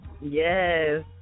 Yes